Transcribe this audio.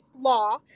law